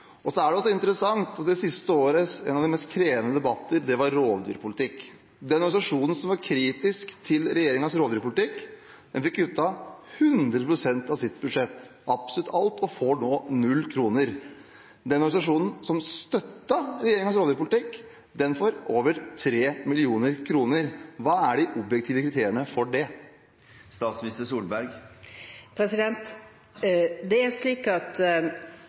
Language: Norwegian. det siste året var om rovdyrpolitikk. Det er interessant at den organisasjonen som var kritisk til regjeringens rovdyrpolitikk, har fått 100 pst. kutt i sitt budsjett – absolutt alt – og får nå null kroner, mens den organisasjonen som støttet regjeringens rovdyrpolitikk, får over 3 mill. kr. Hva er de objektive kriteriene for det? Fra Landbruks- og matdepartementets budsjett er